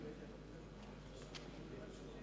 חברות וחברים,